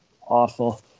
awful